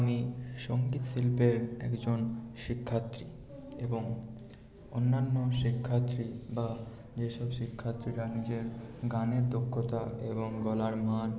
আমি সঙ্গীত শিল্পের একজন শিক্ষার্থী এবং অন্যান্য শিক্ষার্থী বা যেসব শিক্ষার্থীরা নিজের গানের দক্ষতা এবং গলার মান